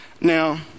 Now